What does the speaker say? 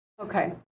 Okay